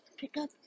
pickup